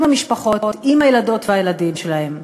עם המשפחות, עם הילדות והילדים שלהם.